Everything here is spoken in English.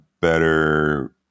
better